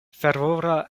fervora